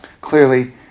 clearly